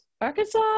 Arkansas